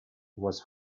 was